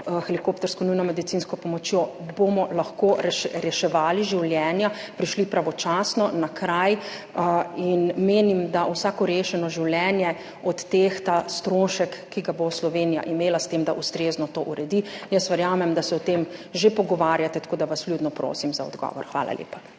helikoptersko nujno medicinsko pomočjo bomo lahko reševali življenja, prišli pravočasno na kraj. Menim, da vsako rešeno življenje odtehta strošek, ki ga bo Slovenija imela s tem, da to ustrezno uredi. Jaz verjamem, da se o tem že pogovarjate, tako da vas vljudno prosim za odgovor. Hvala lepa.